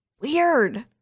Weird